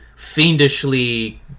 fiendishly